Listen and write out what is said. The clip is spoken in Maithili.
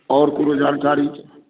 आओर कोनो जानकारी